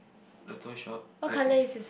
the toy shop okay